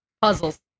Puzzles